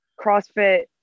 CrossFit